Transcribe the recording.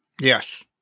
Yes